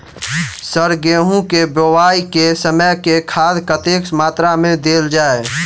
Sir गेंहूँ केँ बोवाई केँ समय केँ खाद कतेक मात्रा मे देल जाएँ?